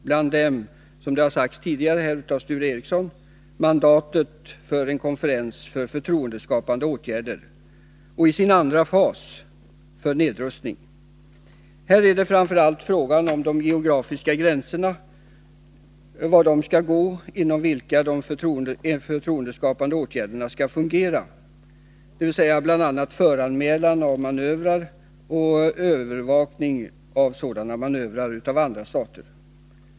Bland dem är, som Sture Ericson tidigare sade, mandatet för en konferens för förtroendeskapande åtgärder och, i sin andra fas, för nedrustning. Här är det framför allt fråga om var de geografiska gränser skall gå inom vilka de förtroendeskapande åtgärderna — dvs. bl.a. föranmälan av manövrar och övervakning av sådana manövrar — skall fungera.